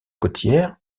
côtière